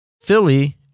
Philly